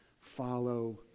follow